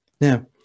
Now